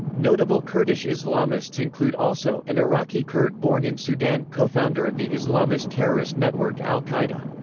notable kurdish islamists include also an iraqi kurd born in sudan co-founder of the islamist terrorist network al-qaeda.